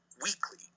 weekly